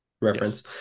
reference